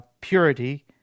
Purity